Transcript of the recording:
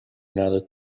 another